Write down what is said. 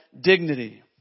dignity